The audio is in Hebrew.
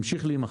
המשיך להימכר,